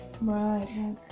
right